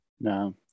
No